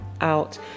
out